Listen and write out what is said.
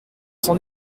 s’en